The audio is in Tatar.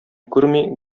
күрми